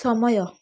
ସମୟ